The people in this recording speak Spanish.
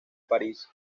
parís